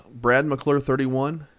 bradmcclure31